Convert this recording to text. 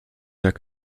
jak